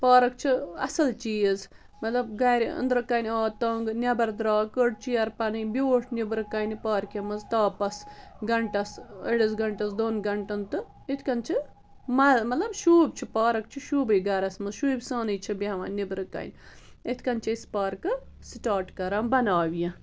park چھِ اَصٕل چیٖز مطلب گَرِ أنٛدرٕ کَنۍ آو تنٛگ نٮ۪بر درٛاو کٔڑ چِیر پنٕنۍ بیوٗٹھ نٮ۪برٕ کَنۍ پارکہِ منٛز تاپس گنٛٹس أڑِس گنٛٹس دوٚن گنٛٹن تہٕ یِتھ کٔنۍ چھِ مہ مطلب شوٗب چھِ پارک چھِ شوٗبٕے گَرس منٛز شوٗبہِ سانٕے چھِ بیٚہوان نٮ۪برٕ کَنۍ یِتھ کٔنۍ چھِ أسۍ پارکہٕ سِٹاٹ کَران بَناونہِ